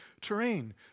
terrain